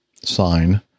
sign